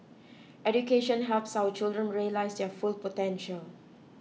education helps our children realise their full potential